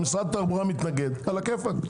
משרד התחבורה מתנגד, על הכיאפק.